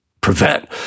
prevent